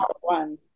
one